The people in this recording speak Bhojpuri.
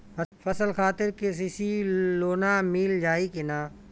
फसल खातिर के.सी.सी लोना मील जाई किना?